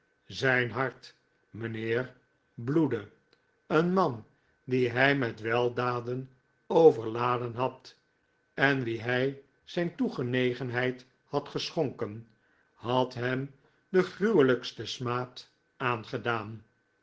zijn hart mijnheer bloedde een man dien hij met weldaden overladen had en wien hij zijn toegenegenheid had geschonken had hem den gruwelijksten smaad aangedaan